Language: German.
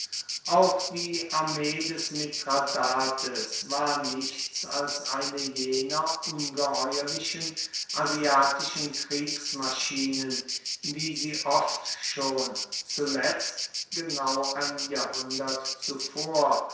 auch die armee des mithradates war nichts als eine jener ungeheuerlichen asiatischen kriegsmaschinen wie sie oft schon zuletzt genau ein jahrhundert zuvor